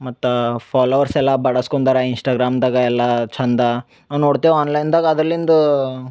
ಮತ್ತು ಫಾಲೋವರ್ಸ್ ಎಲ್ಲ ಬಡಸ್ಕೊಂದರ ಇನ್ಸ್ಟಗ್ರಾಮ್ದಾಗ ಎಲ್ಲ ಚಂದ ನಾವು ನೋಡ್ತೇವೆ ಆನ್ಲೈನ್ದಾಗ ಅದರ್ಲಿಂದ